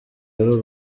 y’u